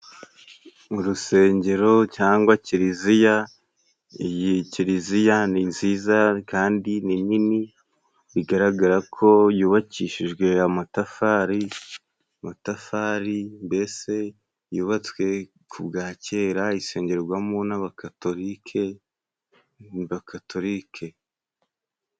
Urusengero cyangwa kiriziya，iyi kiriziya ni nziza kandi ni nini，bigaragara ko yubakishijwe amatafari， amatafari mbese yubatswe ku bwa kera， isengerwamo n'abagatorike，abakatorike.